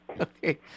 Okay